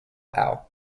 owl